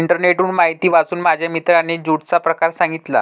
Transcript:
इंटरनेटवरून माहिती वाचून माझ्या मित्राने ज्यूटचा प्रकार सांगितला